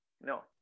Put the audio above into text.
no